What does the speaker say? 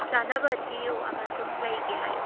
ꯆꯥꯅꯕ ꯊꯤꯌꯨ ꯑꯃꯁꯨꯡ ꯂꯩꯒꯦ ꯍꯥꯏꯌꯨ